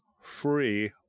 Free